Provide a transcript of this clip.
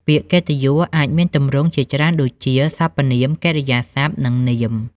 ពាក្យកិត្តិយសអាចមានទម្រង់ជាច្រើនដូចជា សព្វនាម កិរិយាសព្ទ និងនាម។